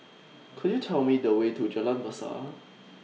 Could YOU Tell Me The Way to Jalan Besar